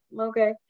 okay